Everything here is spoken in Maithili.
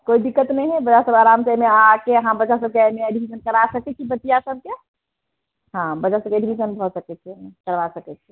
कोइ दिकत नहि अइ बस आराम से एहिमे आके अहाँ बच्चा सबके एहिमे एडमिशन करा सकैत छी बचिया सबके हाँ बच्चा सबके एडमिसन भऽ सकैत छै करबा सकैत छी